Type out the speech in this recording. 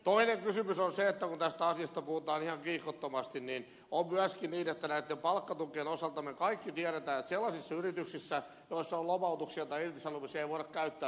toinen kysymys on se että kun tästä asiasta puhutaan ihan kiihkottomasti niin on myöskin niin että me kaikki tiedämme näitten palkkatukien osalta että sellaisissa yrityksissä joissa on lomautuksia tai irtisanomisia ei voida käyttää palkkatukea